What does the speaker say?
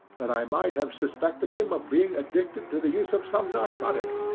that i might have suspected him of being addicted to the use of some narcotic,